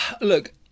Look